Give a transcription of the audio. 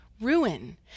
ruin